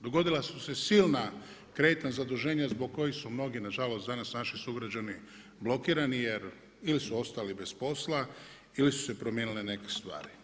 dogodila su se silna kreditna zaduženja zbog kojih su mnogi nažalost danas naši sugrađani blokirani jer ili su ostali bez posla ili su se promijenile neke stvari.